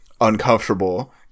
uncomfortable